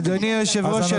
אדוני היושב ראש,